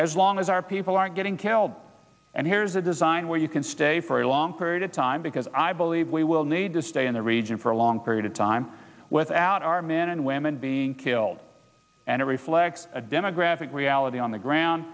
as long as our people aren't getting killed and here's a design where you can stay for a long period of time because i believe we will need to stay in the region for a long period of time without our men and women being killed and it reflects a demographic reality on the ground